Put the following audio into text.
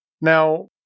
Now